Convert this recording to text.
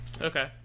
Okay